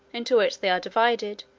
into which they are divided,